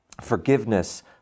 forgiveness